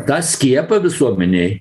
tą skiepą visuomenei